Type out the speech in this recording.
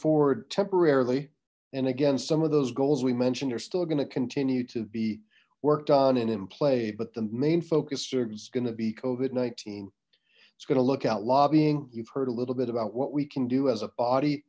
forward temporarily and again some of those goals we mentioned you're still going to continue to be worked on and in play but the main focus is gonna be cove at nineteen it's going to look at lobbying you've heard a little bit about what we can do as a body